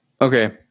Okay